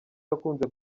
yakunze